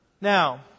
Now